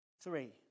Three